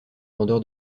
vendeur